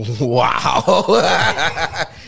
Wow